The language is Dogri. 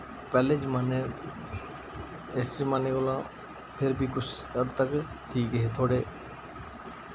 पैह्ले जमाने इस जमाने कोला फिर बी कुछ हद्द तक ठीक ऐ थोह्ड़े